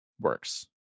works